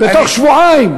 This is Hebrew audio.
בתוך שבועיים.